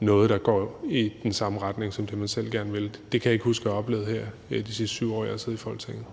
noget, der går i den samme retning som det, man selv gerne vil. Det kan jeg ikke huske at have oplevet her i de sidste 7 år, hvor jeg har siddet i Folketinget.